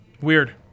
Weird